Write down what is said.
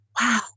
wow